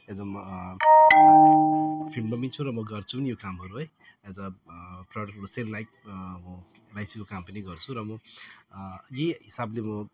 फिल्डमा पनि छु म गर्छु पनि यो कामहरू है एज ए से लाइक काम पनि गर्छु र म यो हिसाबले म